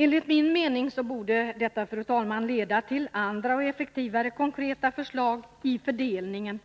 Enligt min mening borde detta, fru talman, leda till andra och effektivare konkreta förslag i fördelningen